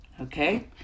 Okay